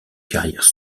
carrière